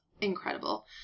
incredible